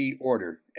order